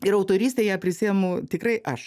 ir autorystę ją prisiimu tikrai aš